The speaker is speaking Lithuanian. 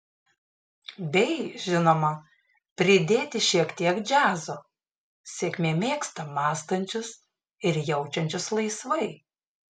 bei žinoma pridėti šiek tiek džiazo sėkmė mėgsta mąstančius ir jaučiančius laisvai